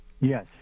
yes